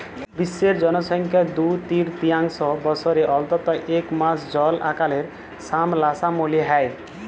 বিশ্বের জলসংখ্যার দু তিরতীয়াংশ বসরে অল্তত ইক মাস জল আকালের সামলাসামলি হ্যয়